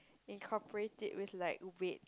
incorporate it with like weight